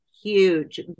huge